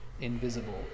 invisible